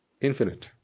Infinite